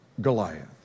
Goliath